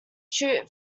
shoot